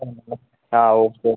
ആ ഓക്കെ